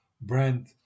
brand